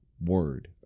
word